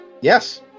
Yes